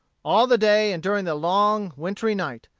all the day, and during the long wintry night,